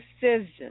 decision